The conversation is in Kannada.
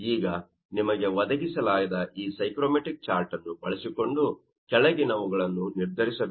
ಈಗ ನಿಮಗೆ ಒದಗಿಸಲಾದ ಈ ಸೈಕೋಮೆಟ್ರಿಕ್ ಚಾರ್ಟ್ ಅನ್ನು ಬಳಸಿಕೊಂಡು ಕೆಳಗಿನವುಗಳನ್ನು ನಿರ್ಧರಿಸಬೇಕು